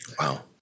wow